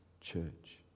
church